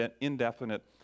indefinite